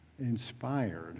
inspired